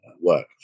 work